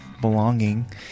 belonging